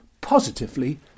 positively